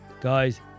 Guys